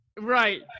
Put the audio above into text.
Right